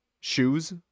shoes